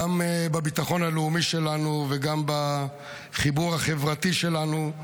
גם בביטחון הלאומי שלנו וגם בחיבור החברתי שלנו,